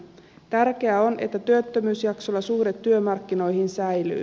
tärkeää on että työttömyysjaksolla suhde työmarkkinoihin säilyy